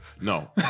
no